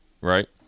right